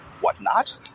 whatnot